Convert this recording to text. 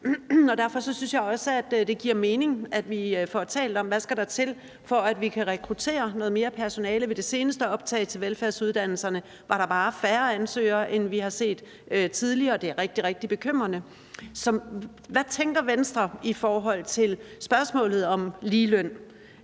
jeg. Derfor synes jeg også, at det giver mening, at vi får talt om, hvad der skal til, for at vi kan rekruttere noget mere personale. Ved det seneste optag til velfærdsuddannelserne var der bare færre ansøgere, end vi har set tidligere, og det er rigtig, rigtig bekymrende. Så hvad tænker Venstre i forhold til spørgsmålet om ligeløn?